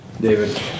David